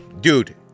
dude